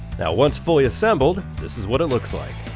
now once fully assembled this is what it looks like